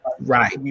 Right